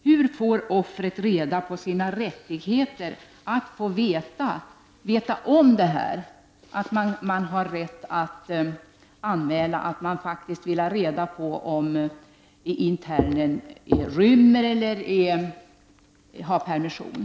Hur får offret kännedom om att man faktiskt har rätt att anmäla att man vill ha reda på om internen rymmer eller har permission?